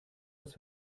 dass